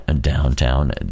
downtown